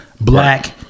black